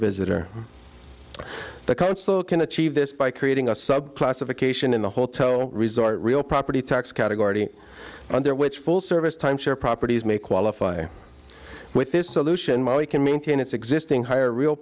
visitor the council can achieve this by creating a sub classification in the whole tone resort real property tax category under which full service timeshare properties may qualify with this solution money can maintain its existing higher real